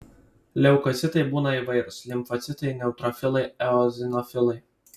leukocitai būna įvairūs limfocitai neutrofilai eozinofilai